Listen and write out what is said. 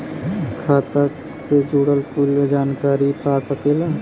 खाता से जुड़ल कुल जानकारी पा सकेला